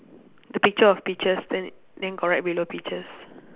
the picture of peaches then then got write below peaches